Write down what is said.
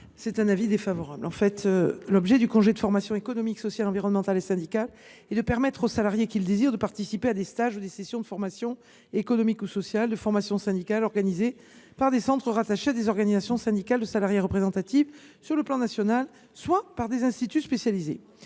est l’avis du Gouvernement ? L’objet du congé de formation économique, sociale, environnementale et syndicale est de permettre aux salariés qui le désirent de participer à des stages ou à des sessions de formation économique et sociale ou de formation syndicale, organisés soit par des centres rattachés à des organisations syndicales de salariés représentatifs sur le plan national, soit par des instituts spécialisés.